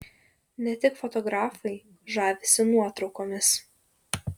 ne tik fotografai žavisi nuotraukomis